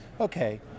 Okay